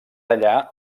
allà